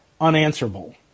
unanswerable